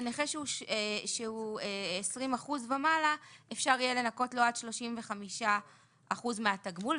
ונכה שהוא 20% ומעלה אפשר יהיה לנכות לו עד 35% מהתגמול.